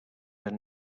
and